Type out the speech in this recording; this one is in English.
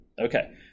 Okay